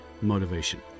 motivation